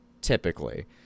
typically